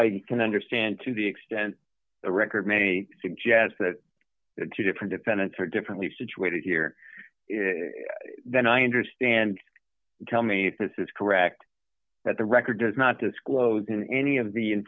i can understand to the extent the record maybe suggests that the two different defendants are differently situated here than i understand tell me this is correct that the record does not disclose in any of the